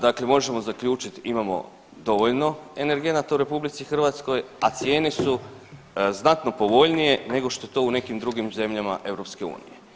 Dakle, možemo zaključit imamo dovoljno energenata u RH, a cijene su znatno povoljnije nego što je to u nekim drugim zemljama EU.